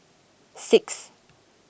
six